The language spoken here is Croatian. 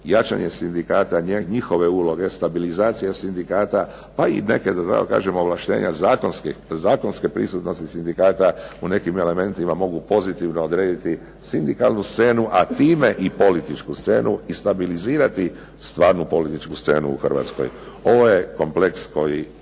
Jačanje sindikata njihove uloge, stabilizacija sindikata, pa i neke da tako kažemo ovlaštenja zakonske prisutnosti sindikata u nekim elementima mogu pozitivno odrediti sindikalnu scenu, a time i političku scenu i stabilizirati stvarnu političku scenu u Hrvatskoj. Ovo je kompleks koji